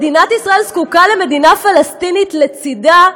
מדינת ישראל זקוקה למדינה פלסטינית לצדה,